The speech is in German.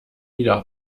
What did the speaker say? wieder